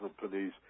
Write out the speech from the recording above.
companies